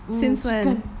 mm chicken